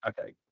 Okay